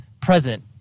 present